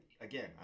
again